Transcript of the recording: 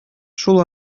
шул